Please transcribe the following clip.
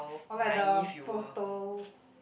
or like the photo